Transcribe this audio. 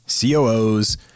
COOs